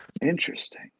Interesting